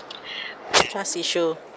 trust issue